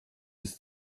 ist